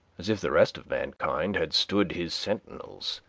as if the rest of mankind had stood his sentinels.